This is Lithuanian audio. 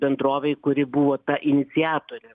bendrovei kuri buvo ta iniciatorė